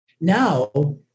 Now